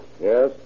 Yes